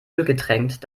ölgetränkt